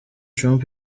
trump